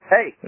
Hey